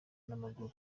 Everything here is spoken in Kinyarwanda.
n’amaguru